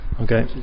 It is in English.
Okay